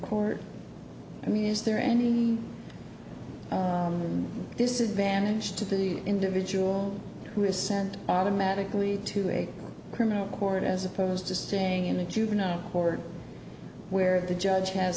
court i mean is there any this is advantage to the individual who is sent automatically to a criminal court as opposed to staying in the juvenile court where the judge has